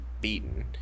beaten